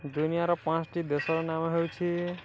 ଦୁନିଆର ପାଞ୍ଚ୍ଟି ଦେଶର ନାମ ହେଉଛି